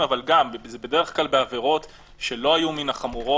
אבל זה בדרך כלל בעבירות שלא היו מן החמורות,